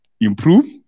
improve